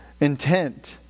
Intent